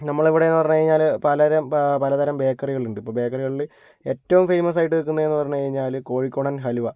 നമ്മളെ ഇവിടെ എന്ന് പറഞ്ഞു കഴിഞ്ഞാൽ പലരം പലതരം ബേക്കറികൾ ഉണ്ട് ഇപ്പോൾ ബേക്കറികളിൽ ഏറ്റവും ഫേമസ് ആയിട്ട് നിൽക്കുന്നത് എന്ന് പറഞ്ഞു കഴിഞ്ഞാൽ കോഴിക്കോടൻ ഹലുവ